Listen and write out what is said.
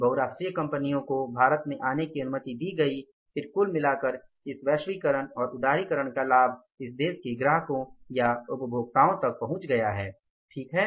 बहुराष्ट्रीय कंपनियों को भारत में आने की अनुमति दी गई फिर कुल मिलाकर इस वैश्वीकरण और उदारीकरण का लाभ इस देश के ग्राहकों या उपभोक्ताओं तक पहुंच गया है ठीक है